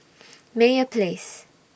Meyer Place